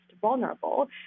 vulnerable